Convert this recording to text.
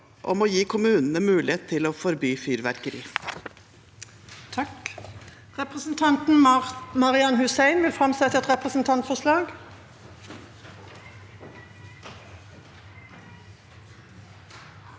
å gi kommunene mulighet til å forby fyrverkeri.